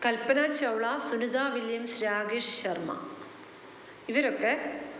കൽപ്പന Chawla Sunita Williams Rakesh Sharma ഇവരൊക്കെ